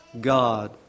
God